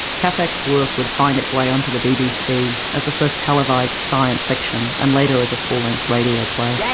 capek's work would find its way onto the bbc, as the first televised science fiction show and later as a full length radio play. yeah